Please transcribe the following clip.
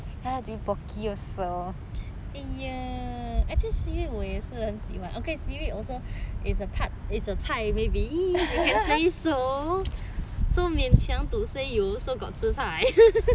!eeyer! actually seaweed 我也是很喜欢 okay seaweed also is a part is a 菜 maybe you can say so so 勉强 to say you also got 吃菜